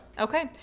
Okay